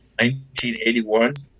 1981